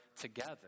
together